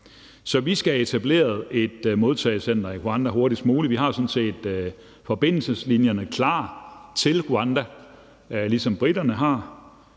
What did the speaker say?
Så vi skal have etableret et modtagecenter i Rwanda hurtigst muligt. Vi har sådan set forbindelseslinjerne klar til Rwanda, ligesom briterne har